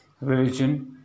religion